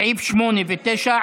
סעיפים 8 ו-9,